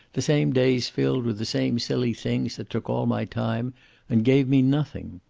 the same days filled with the same silly things that took all my time and gave me nothing.